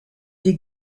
des